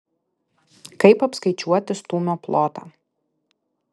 kaip apskaičiuoti stūmio plotą